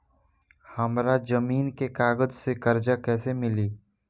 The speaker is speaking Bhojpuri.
हमरा जमीन के कागज से कर्जा कैसे मिली?